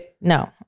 No